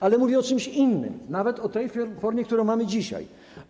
Ale mówię o czymś innym, nawet o tej formie, którą mamy dzisiaj.